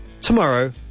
tomorrow